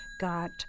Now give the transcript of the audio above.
got